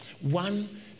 one